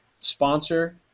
sponsor